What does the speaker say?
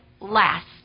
last